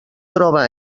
troba